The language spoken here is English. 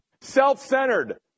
self-centered